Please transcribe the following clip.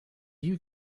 you